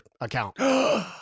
account